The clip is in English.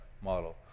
model